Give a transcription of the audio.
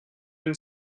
been